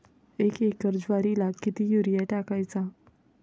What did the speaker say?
एक एकर ज्वारीला किती युरिया टाकायचा?